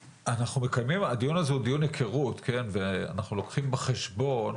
הדיון הזה הוא דיון היכרות ואנחנו לוקחים בחשבון